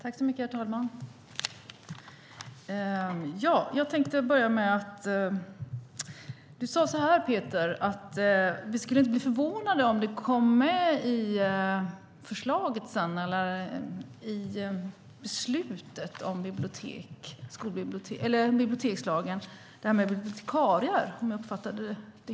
Herr talman! Peter Jutterström sade att vi inte skulle bli förvånade om detta med bibliotekarier kommer med i bibliotekslagen.